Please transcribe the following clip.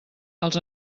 els